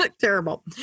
terrible